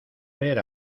ver